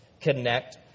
connect